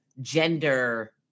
gender